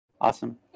Awesome